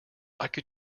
could